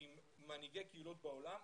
עם מנהיגי קהילות בעולם.